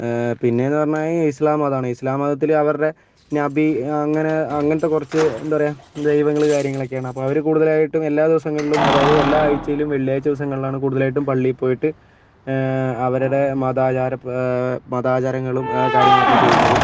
പിന്നെന്ന് പറഞ്ഞാൽ ഇസ്ലാം മതമാണ് ഇസ്ലാം മതത്തിൽ അവരുടെ നബി അങ്ങനെ അങ്ങനത്തെ കുറച്ച് എന്താ പറയുക ദൈവങ്ങൾ കാര്യങ്ങളൊക്കെയാണ് അപ്പോൾ അവർ കൂടുതലായിട്ടും എല്ലാ ദിവസങ്ങളിലും അതായത് എല്ലാ ആഴ്ചയിലും വെള്ളിയാഴ്ച ദിവസങ്ങളിലാണ് കൂടുതലായിട്ട് പള്ളിയിൽ പോയിട്ട് അവരുടെ മതാചാര പ്രകാര മതാചാരങ്ങളും കാര്യങ്ങളൊക്കെ ചെയ്യുന്നത്